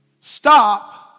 stop